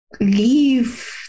Leave